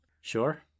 Sure